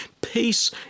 Peace